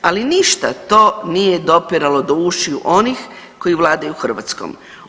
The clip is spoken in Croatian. Ali ništa to nije dopiralo do ušiju onih koji vladaju Hrvatskom.